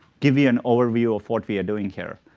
give you an overview of what we're doing here.